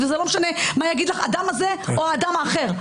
וזה לא משנה מה יגיד לך האדם הזה או האדם האחר.